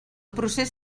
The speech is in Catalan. procés